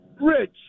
Rich